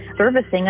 servicing